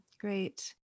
great